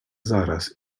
zaraz